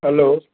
hello